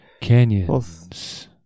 Canyons